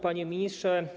Panie Ministrze!